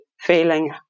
feeling